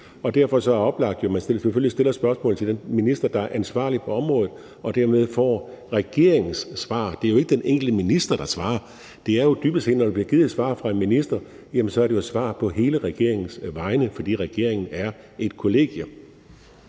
Derfor er det oplagt, at man selvfølgelig stiller spørgsmålet til den minister, der er ansvarlig på området, og dermed får regeringens svar. Det er jo ikke den enkelte minister, der svarer. Når der bliver givet et svar fra en minister, er det jo dybest set et svar på hele regeringens vegne, fordi regeringen er et kollegie.